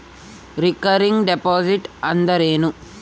Recurring deposit ಅಂದರೇನು?